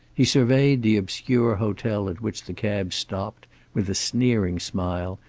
he surveyed the obscure hotel at which the cab stopped with a sneering smile,